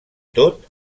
tot